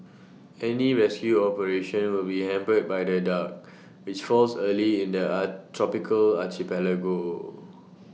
any rescue operation will be hampered by the dark which falls early in the A tropical archipelago